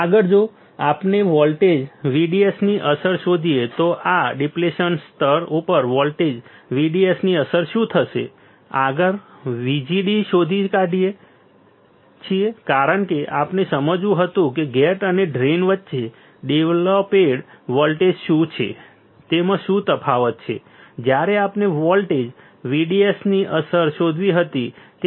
આગળ જો આપણે વોલ્ટેજ VDS ની અસર શોધીએ તો આ ડિપ્લેશન સ્તર ઉપર વોલ્ટેજ VDS ની અસર શું થશે આગળ VGD શોધી કાઢીએ છીએ કારણ કે આપણે સમજવું હતું કે ગેટ અને ડ્રેઇન વચ્ચે ડેવેલોપેડ વોલ્ટેજ શું છે તેમાં શું તફાવત છે જ્યારે આપણે વોલ્ટેજ VDS ની અસર શોધવી હતી